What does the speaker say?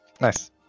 Nice